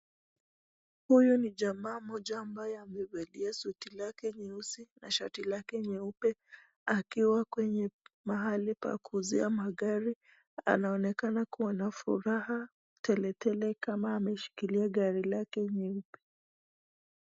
Huyu ni jamaa mmoja ambaye amevalia suti lake nyeusi na shati lake nyeupe akiwa kwenye mahali pa kuuzia magari. Anaonekana kuwa na furaha teletele kama ameshikilia gari lake nyeupe.